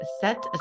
set